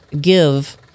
give